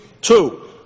two